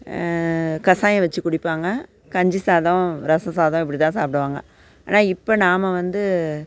கஷாயம் வைச்சு குடிப்பாங்க கஞ்சி சாதம் ரசம் சாதம் இப்படி தான் சாப்பிடுவாங்க ஆனால் இப்போ நாம் வந்து